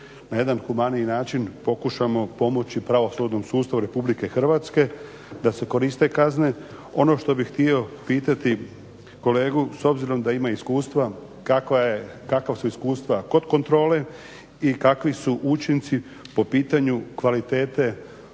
na jedan humaniji način pokušamo pomoći pravosudnom sustavu Republike Hrvatske da se koriste kazne. Ono što bih htio pitati kolegu, s obzirom da ima iskustva kakva su iskustva kod kontrole i kakvi su učinci po pitanju kvalitete